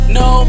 no